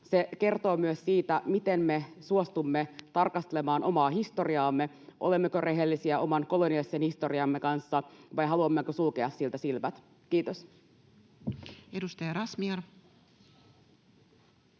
Se kertoo myös siitä, miten me suostumme tarkastelemaan omaa historiaamme, olemmeko rehellisiä oman koloniaalisen historiamme kanssa vai haluammeko sulkea siltä silmät. — Kiitos. [Speech 45]